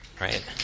right